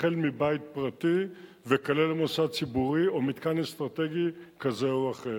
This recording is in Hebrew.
החל בבית פרטי וכלה במוסד ציבורי או מתקן אסטרטגי כזה או אחר.